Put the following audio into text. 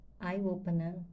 eye-opener